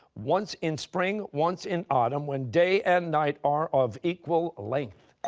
once in spring, once in autumn, when day and night are of equal length?